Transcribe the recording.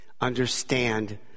understand